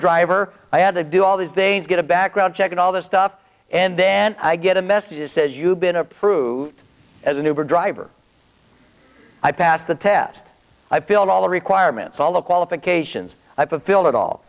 driver i had to do all these days get a background check and all this stuff and then i get a message that says you've been approved as a new driver i passed the test i filled all the requirements all the qualifications i fulfilled it all